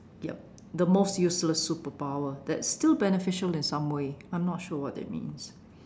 yup the most useless superpower that is still beneficial in some way I'm not sure what that means